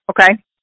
okay